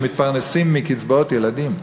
שמתפרנסים מקצבאות ילדים.